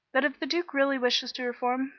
that if the duke really wishes to reform,